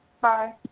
Bye